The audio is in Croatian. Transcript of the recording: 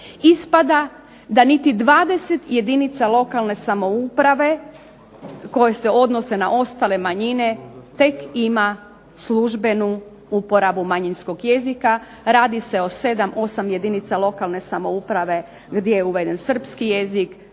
ispada da niti 20 jedinica lokalne samouprave koje se odnose na ostale manjine, tek ima službenu uporabu manjinskog jezika, radi se o 7, 8 jedinica lokalne samouprave gdje je uveden Srpski jezik,